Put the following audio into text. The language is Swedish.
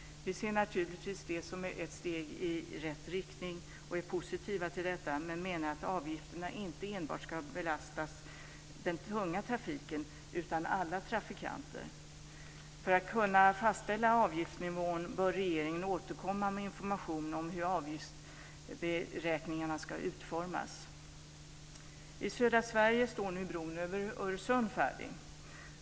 Vi ser naturligtvis detta som ett steg i rätt riktning och är positiva till det men menar att avgifterna inte enbart ska betala den tunga trafiken utan alla trafikanter. För att kunna fastställa avgiftsnivån bör regeringen återkomma med information om hur avgiftsberäkningen ska utformas. I södra Sverige står nu bron över Öresund färdig.